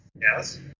yes